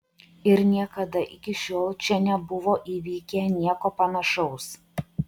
ir niekada iki šiol čia nebuvo įvykę nieko panašaus